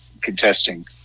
contesting